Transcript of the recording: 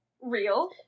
real